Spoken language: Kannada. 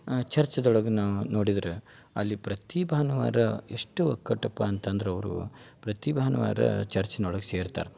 ಚರ್ಚ್ದೊಳಗೆ ನಾ ನೋಡಿದ್ರೆ ಅಲ್ಲಿ ಪ್ರತಿ ಭಾನುವಾರ ಎಷ್ಟು ಕಟ್ಟಪ್ಪ ಅಂತಂದ್ರೆ ಅವರು ಪ್ರತಿ ಭಾನುವಾರ ಚರ್ಚ್ನೊಳಗೆ ಸೇರ್ತಾರೆ